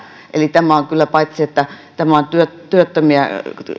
paitsi että koko tämä lainsäädäntöhanke on